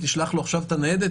תשלח לו עכשיו את הניידת?